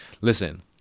listen